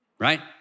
right